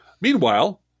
Meanwhile